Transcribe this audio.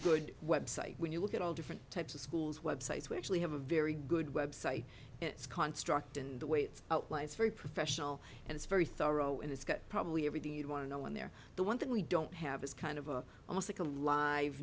good website when you look at all different types of schools websites we actually have a very good website it's construct and the way it's outline it's very professional and it's very thorough and it's got probably everything you want to know when there the one thing we don't have is kind of a almost like a live